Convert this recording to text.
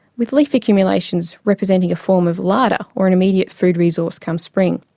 with leaf accumulations representing a form of larder or an immediate food resource come spring.